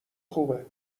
خوبه